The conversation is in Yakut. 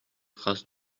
хас